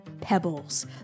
Pebbles